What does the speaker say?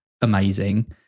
amazing